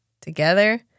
together